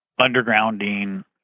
undergrounding